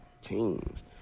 teams